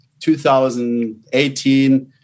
2018